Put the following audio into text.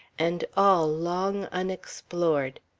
and all long unexplored.